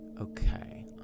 Okay